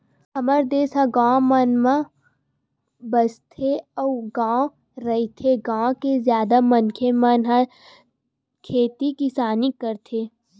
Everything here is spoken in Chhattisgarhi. हमर देस ह गाँव म बसथे अउ गॉव रहिथे, गाँव के जादा मनखे मन ह खेती किसानी करथे